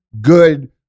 good